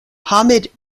hamid